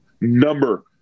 number